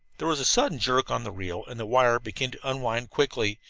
there was a sudden jerk on the reel and the wire began to unwind quickly.